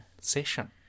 session